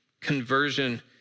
conversion